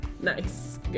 Nice